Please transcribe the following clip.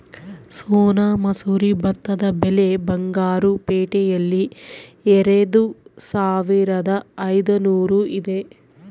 ಸೋನಾ ಮಸೂರಿ ಭತ್ತದ ಬೆಲೆ ಬಂಗಾರು ಪೇಟೆಯಲ್ಲಿ ಎರೆದುಸಾವಿರದ ಐದುನೂರು ಇದೆ